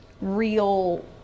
real